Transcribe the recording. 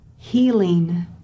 healing